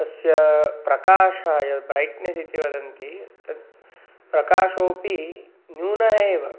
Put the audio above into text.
तस्य प्रकाशः यद् ब्रैट्नेस् इति वदन्ति तत् प्रकाशोऽपि न्यूनः एव